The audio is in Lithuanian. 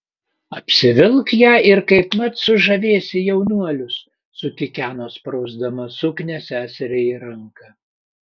apsivilk ją ir kaipmat sužavėsi jaunuolius sukikeno sprausdama suknią seseriai į ranką